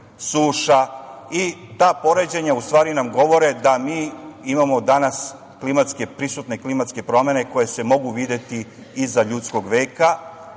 suša i ta poređenja u stvari nam govore da mi imamo danas prisutne klimatske promene koje se mogu videti i za ljudskoga veka.